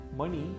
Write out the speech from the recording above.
Money